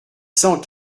cent